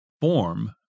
form